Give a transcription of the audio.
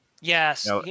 Yes